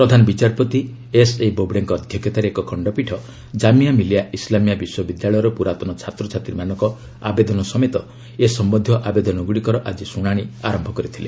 ପ୍ରଧାନ ବିଚାରପତି ଏସ୍ଏ ବୋବଡେଙ୍କ ଅଧ୍ୟକ୍ଷତାରେ ଏକ ଖଣ୍ଡପୀଠ କାମିଆ ମିଲିଆ ଇସଲାମିଆ ବିଶ୍ୱବିଦ୍ୟାଳୟର ପୁରାତନ ଛାତ୍ରଛାତ୍ରୀମାନଙ୍କ ଆବେଦନ ସମେତ ଏ ସମ୍ୟନ୍ଧୀୟ ଆବେଦନଗୁଡ଼ିକର ଆକି ଶୁଣାଣି ଆରମ୍ଭ କରିଥିଲେ